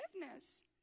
forgiveness